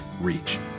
reach